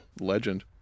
Legend